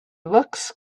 looks